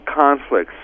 conflicts